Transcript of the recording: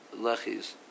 lechis